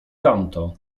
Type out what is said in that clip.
tamto